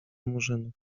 murzynów